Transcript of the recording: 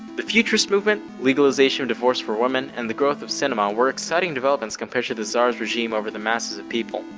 the futurist movement, legalization of divorce for women, and the growth of cinema were exciting developments compared to the tsar's regime over the masses of the people.